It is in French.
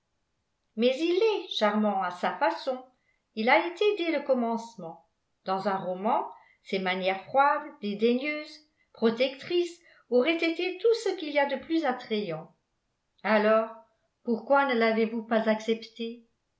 mais il l'est charmant à sa façon il l'a été dès le commencement dans un roman ses manières froides dédaigneuses protectrices auraient été tout ce qu'il y a de plus attrayant alors pourquoi ne l'avez-vous pas accepté